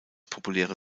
populäre